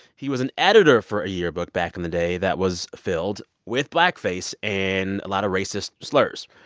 he was an editor for a yearbook back in the day that was filled with blackface and a lot of racist slurs.